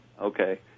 Okay